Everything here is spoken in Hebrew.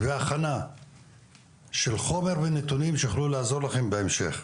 והכנה של חומר ונתונים שיוכלו לעזור לכם בהמשך.